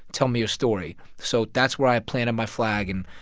tell me your story. so that's where i planted my flag and,